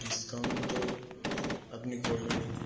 discount তো আপনি করবেনই